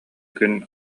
күн